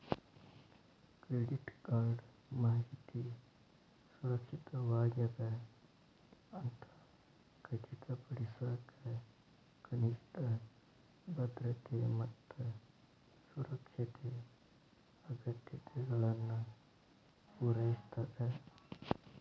credit card ಮಾಹಿತಿ ಸುರಕ್ಷಿತವಾಗ್ಯದ ಅಂತ ಖಚಿತಪಡಿಸಕ ಕನಿಷ್ಠ ಭದ್ರತೆ ಮತ್ತ ಸುರಕ್ಷತೆ ಅಗತ್ಯತೆಗಳನ್ನ ಪೂರೈಸ್ತದ